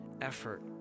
effort